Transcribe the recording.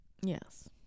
yes